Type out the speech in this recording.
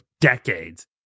decades